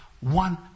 one